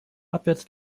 abwärts